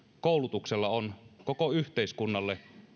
koulutuksella on koko yhteiskunnalle